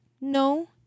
no